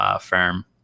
firm